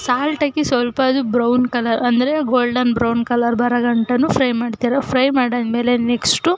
salt ಹಾಕಿ ಸ್ವಲ್ಪ ಅದು ಬ್ರೌನ್ ಕಲರ್ ಅಂದರೆ ಗೋಲ್ಡನ್ ಬ್ರೌನ್ ಕಲರ್ ಬರೋ ಗಂಟನೂ ಫ್ರೈ ಮಾಡ್ತೀರಾ ಫ್ರೈ ಮಾಡಾದಮೇಲೆ ನೆಕ್ಸ್ಟು